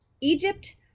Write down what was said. egypt